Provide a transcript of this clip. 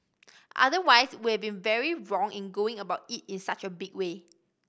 otherwise we have been very wrong in going about it in such a big way